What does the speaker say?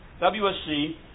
WSC